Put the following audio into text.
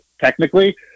technically